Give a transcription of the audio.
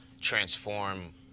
transform